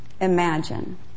imagine